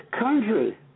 country